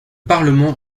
parlement